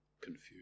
confused